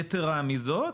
יתרה מזאת,